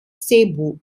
cebu